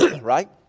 Right